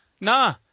Nah